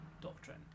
doctrine